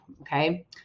okay